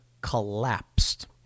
collapsed